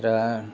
रान्